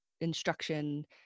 instruction